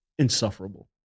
Insufferable